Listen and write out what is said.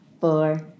four